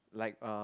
like uh